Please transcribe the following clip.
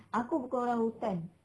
aku bukan orangutan